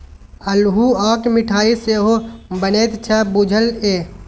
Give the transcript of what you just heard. अल्हुआक मिठाई सेहो बनैत छै बुझल ये?